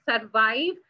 survive